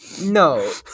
No